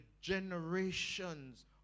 generations